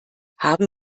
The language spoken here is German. haben